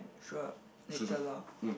sure later lor